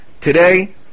Today